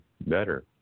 better